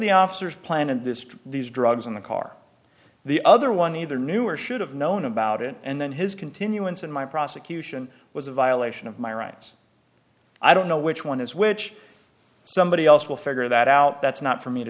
the officers planted this these drugs in the car the other one either knew or should have known about it and then his continuance in my prosecution was a violation of my rights i don't know which one is which somebody else will figure that out that's not for me to